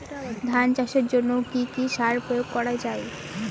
ধান চাষের জন্য কি কি সার প্রয়োগ করা য়ায়?